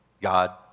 God